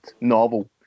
novel